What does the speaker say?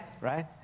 right